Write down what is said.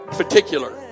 particular